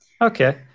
Okay